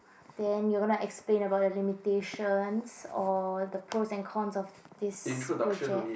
then you gonna like explain about the limitation or the pros and cons of this project